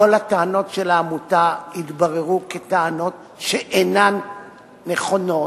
כל הטענות של העמותה התבררו כטענות שאינן נכונות,